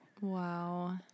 Wow